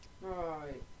Right